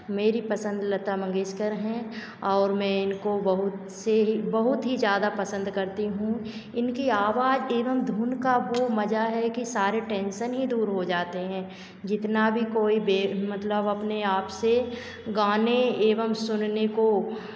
मेरी पसंद लता मंगेशकर हैं और मैं इनको बहुत से ही बहुत ही ज़्यादा पसंद करती हूँ इनकी आवाज एवं धुन का वो मज़ा है कि सारे टेन्शन ही दूर हो जाते हैं जितना भी कोई मतलब अपने आपसे गाने एवं सुनने को